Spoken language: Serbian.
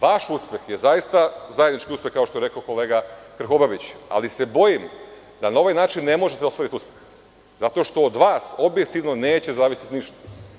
Vaš uspeh je zaista zajednički uspeh, kao što je rekao kolega Krkobabić, ali se bojim da na ovaj način ne možete da ostvarite uspeh, zato što od vas objektivno neće zavisiti ništa.